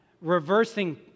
reversing